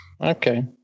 okay